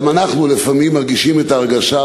גם אנחנו לפעמים מרגישים את ההרגשה,